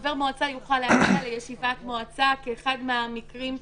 חבר מועצה להגיע לישיבת מועצה כאחד מהמקרים החריגים.